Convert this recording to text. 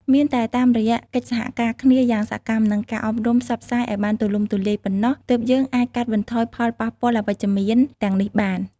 មានតែតាមរយៈកិច្ចសហការគ្នាយ៉ាងសកម្ម និងការអប់រំផ្សព្វផ្សាយឲ្យបានទូលំទូលាយប៉ុណ្ណោះ ទើបយើងអាចកាត់បន្ថយផលប៉ះពាល់អវិជ្ជមានទាំងនេះបាន។